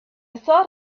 thought